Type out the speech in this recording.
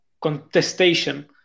contestation